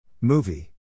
Movie